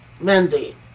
mandate